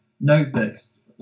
notebooks